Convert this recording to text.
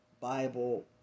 Bible